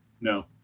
No